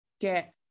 get